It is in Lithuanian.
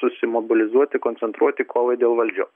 susimobilizuoti koncentruoti kovai dėl valdžio